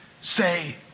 say